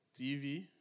TV